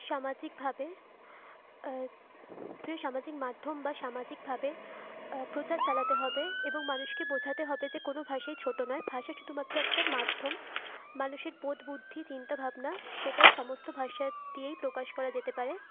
সামাজিকভাবে প্রায় সামাজিক মাধ্যম বা সামাজিকভাবে প্রচার চালাতে হবে এবং মানুষকে বোঝাতে হবে যে কোনও ভাষাই ছোটো নয় ভাষা শুধুমাত্র একটা মাধ্যম মানুষের বোধবুদ্ধি চিন্তাভাবনা সেটা সমস্ত ভাষা দিয়েই প্রকাশ করা যেতে পারে